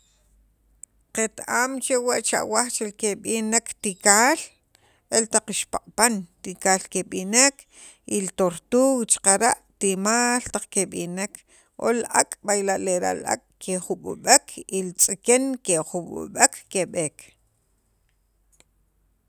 qet am chewa' che awaj che keb'in tikaal el taq ixpaq'pan tikaal keb'nek y li tortug xaqara' timaal taq keb'inek ol ak' b'ay la' kejub'ub'ek y li tz'iken kejub'ub'ek keb'eek